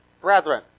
Brethren